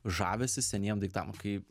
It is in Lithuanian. žavesį seniem daiktam kai